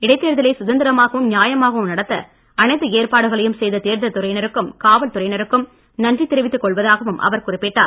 இடைத்தேர்தலை சுதந்திரமாகவும் நியாயமாகவும் நடத்த அனைத்து ஏற்பாடுகளையும் செய்த தேர்தல் துறையினருக்கும் காவல்துறையினருக்கும் நன்றி தெரிவித்துக் கொள்வதாகவும் அவர் குறிப்பிட்டார்